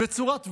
בצורת ואוצ'ר,